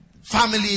family